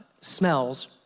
smells